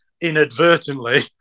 inadvertently